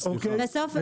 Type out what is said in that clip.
בסוף,